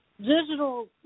digital